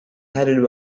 headed